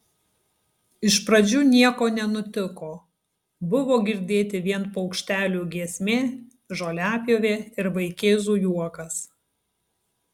iš pradžių nieko nenutiko buvo girdėti vien paukštelių giesmė žoliapjovė ir vaikėzų juokas